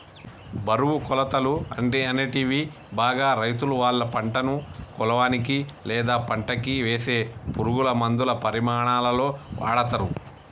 బరువు, కొలతలు, అనేటివి బాగా రైతులువాళ్ళ పంటను కొలవనీకి, లేదా పంటకివేసే పురుగులమందుల పరిమాణాలలో వాడతరు